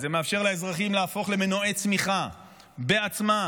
וזה מאפשר לאזרחים להפוך למנועי צמיחה בעצמם,